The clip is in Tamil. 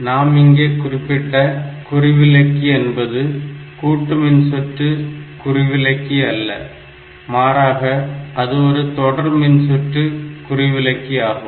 நாம் இங்கே குறிப்பிட்ட குறிவிலக்கி என்பது கூட்டுமின்சுற்று குறிவிலக்கி அல்ல மாறாக அது ஒரு தொடர் மின்சுற்று குறிவிலக்கி ஆகும்